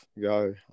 go